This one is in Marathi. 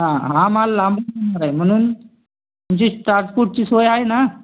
हां हा माल येणार आहे म्हणून तुमची तात्पुरती सोय आहे ना